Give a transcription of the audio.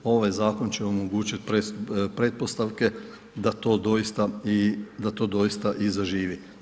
Ovaj zakon će omogućiti pretpostavke da to doista i zaživi.